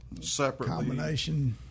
separately